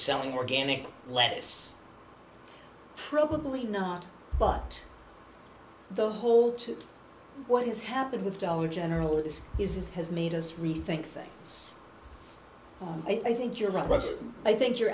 selling organic lettuce probably not but the whole to what has happened with dollar general this is it has made us rethink things i think you're right but i think you're